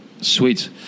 Sweet